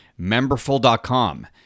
memberful.com